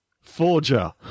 Forger